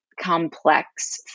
complex